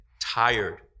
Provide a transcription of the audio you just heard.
tired